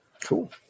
Cool